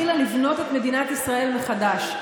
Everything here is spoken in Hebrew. שהתחילה לבנות את מדינת ישראל מחדש.